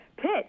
Pitt